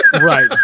Right